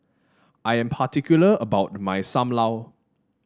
I am particular about my Sam Lau